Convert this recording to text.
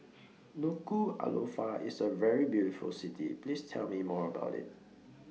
Nuku'Alofa IS A very beautiful City Please Tell Me More about IT